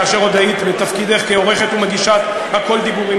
כאשר עוד היית בתפקידך כעורכת ומגישת "הכול דיבורים",